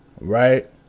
right